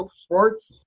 sports